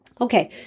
Okay